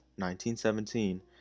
1917